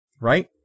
Right